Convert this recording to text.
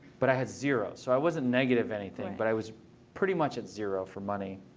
but i had zero. so i wasn't negative anything. but i was pretty much at zero for money.